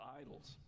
idols